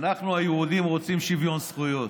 אנחנו היהודים רוצים שוויון זכויות,